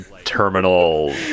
terminal